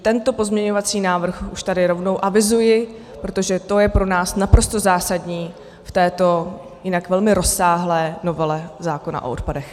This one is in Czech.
Tento pozměňovací návrh už tady rovnou avizuji, protože to je pro nás naprosto zásadní v této jinak velmi rozsáhlé novele zákona o odpadech.